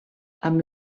amb